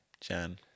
Jan